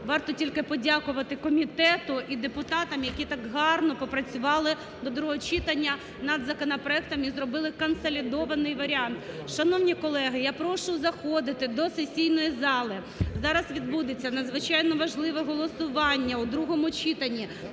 варто тільки подякувати комітету і депутатам, які так гарно попрацювали до другого читання над законопроектами і зробили консолідований варіант. Шановні колеги, я прошу заходити до сесійної зали, зараз відбудеться надзвичайно важливе голосування у другому читанні